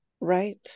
Right